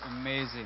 amazing